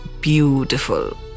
beautiful